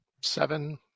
seven